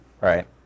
right